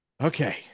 Okay